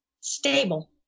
stable